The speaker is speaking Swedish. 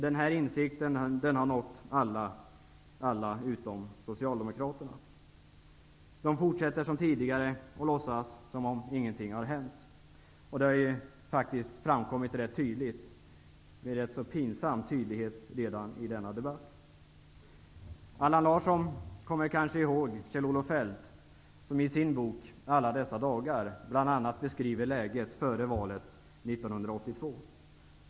Denna insikt har alla, utom socialdemokraterna, kommit till. Socialdemokraterna fortsätter som tidigare och låtsas som om ingenting har hänt. Det har framkommit pinsamt tydligt i denna debatt. Allan Larsson kommer kanske ihåg att Kjell-Olof Feldt i sin ''Alla dessa dagar'' bl.a. beskriver läget före valet 1982.